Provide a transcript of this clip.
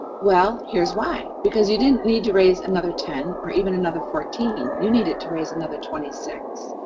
well, here's why. because you didn't need to raise another ten or even another fourteen, you needed to raise another twenty six.